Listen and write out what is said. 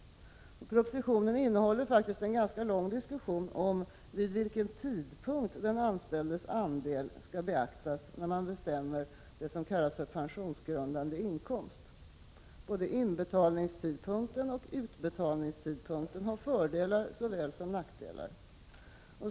Propositionen innehåller faktiskt en ganska lång diskussion om vid vilken tidpunkt den anställdes andel skall beaktas när man bestämmer det som kallas pensionsgrundande inkomst. Både inbetalningstidpunkten och utbetalningstidpunkten medför såväl fördelar som nackdelar.